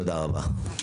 3. מי נגד?